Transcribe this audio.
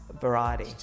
variety